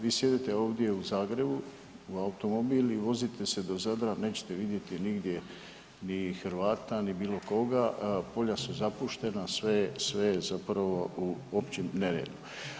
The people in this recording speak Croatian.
Vi sjedite ovdje u Zagrebu u automobil i vozite se do Zadra nećete vidjeti nigdje ni Hrvata, ni bilo koga, polja su zapuštena, sve je skoro u općem neredu.